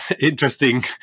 interesting